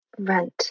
Rent